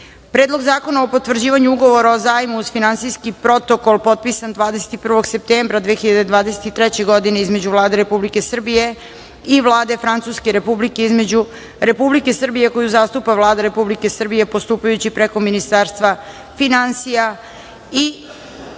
Predlog zakona o potvrđivanju Ugovora o zajmu uz finansijski protokol potpisan 21. septembra 2023. godine, između Vlade Republike Srbije i Vlade Francuske Republike, između Republike Srbije koju zastupa Vlada Republike Srbije postupajući preko Ministarstva finansija kao